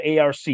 ARC